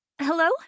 Hello